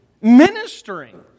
ministering